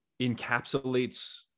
encapsulates